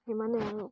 সিমানে আৰু